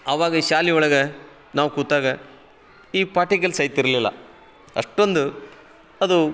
ಅವಾಗ ಈ ಶಾಲೆ ಒಳಗೆ ನಾವು ಕೂತಾಗ ಈ ಪಾಟಿಗಳು ಸಹಿತ ಇರಲಿಲ್ಲ ಅಷ್ಟೊಂದು ಅದು